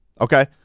okay